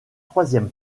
troisième